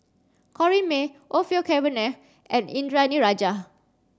Corrinne May Orfeur Cavenagh and Indranee Rajah